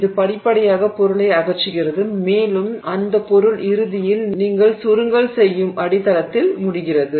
இது படிப்படியாக பொருளை அகற்றுகிறது மேலும் அந்த பொருள் இறுதியில் நீங்கள் சுருங்கல் ஒடுக்கம் செய்யும் அடித்தளத்தில் முடிகிறது